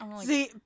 see